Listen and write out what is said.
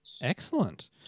Excellent